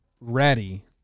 ready